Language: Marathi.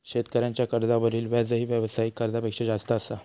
शेतकऱ्यांच्या कर्जावरील व्याजही व्यावसायिक कर्जापेक्षा जास्त असा